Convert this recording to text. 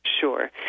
sure